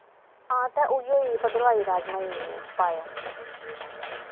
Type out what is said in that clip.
हां ते उ'यै भद्रवाही राजमाह् पाए ओ